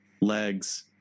legs